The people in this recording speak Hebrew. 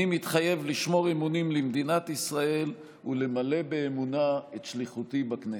אני מתחייב לשמור אמונים למדינת ישראל ולמלא באמונה את שליחותי בכנסת.